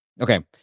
Okay